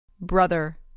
Brother